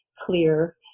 clear